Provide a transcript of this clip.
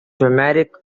dramatic